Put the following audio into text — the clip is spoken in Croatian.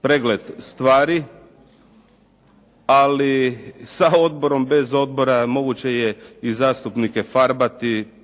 pregled stvari, ali sa odborom, bez odbora moguće je i zastupnike farbati